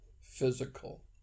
physical